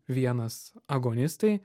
vienas agonistai